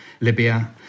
Libya